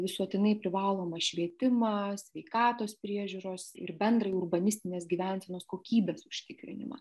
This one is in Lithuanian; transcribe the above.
visuotinai privalomą švietimą sveikatos priežiūros ir bendrai urbanistinės gyvensenos kokybės užtikrinimą